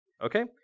Okay